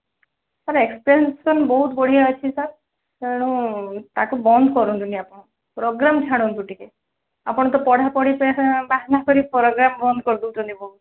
ତା'ର ଏକ୍ସପ୍ରେସନ୍ ବହୁତ ବଢ଼ିଆ ଅଛି ସାର୍ ତେଣୁ ତା'କୁ ବନ୍ଦ କରନ୍ତୁନି ଆପଣ ପୋଗ୍ରାମ୍ ଛାଡ଼ନ୍ତୁ ଟିକେ ଆପଣ ତ ପଢ଼ାପଢ଼ି ବାହାନା କରି ପୋଗ୍ରାମ୍ ବନ୍ଦ କରି ଦେଉଛନ୍ତି ବହୁତ